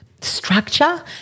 structure